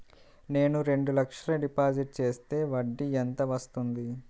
నేను రెండు లక్షల డిపాజిట్ చేస్తే వడ్డీ ఎంత వస్తుంది?